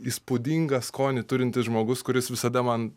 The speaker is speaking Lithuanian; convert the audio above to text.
įspūdingą skonį turintis žmogus kuris visada man